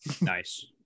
Nice